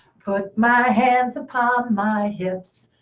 put my hands upon my hips.